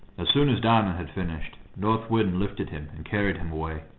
as soon as diamond had finished, north wind lifted him and carried him away.